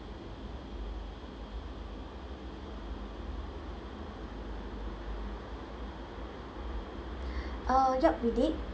uh yup we did